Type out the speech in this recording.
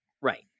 right